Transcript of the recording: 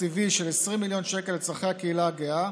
תקציבי של 20 מיליון שקל לצורכי הקהילה הגאה.